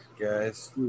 guys